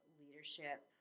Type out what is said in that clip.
leadership